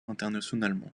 internationalement